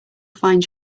find